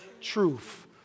truth